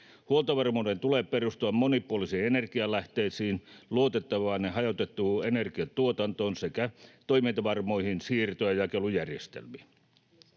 Huoltovarmuuden tulee perustua monipuolisiin energialähteisiin, luotettavaan ja hajautettuun energiantuotantoon sekä toimintavarmoihin siirto- ja jakelujärjestelmiin.